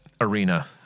arena